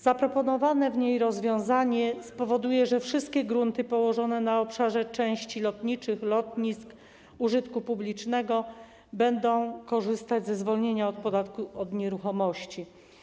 Zaproponowane w niej rozwiązanie spowoduje, że wszystkie grunty położone na obszarze części lotniczych lotnisk użytku publicznego będą korzystać ze zwolnienia od podatku od nieruchomości.